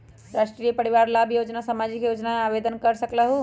राष्ट्रीय परिवार लाभ योजना सामाजिक योजना है आवेदन कर सकलहु?